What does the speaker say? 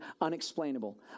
unexplainable